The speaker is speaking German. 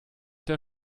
der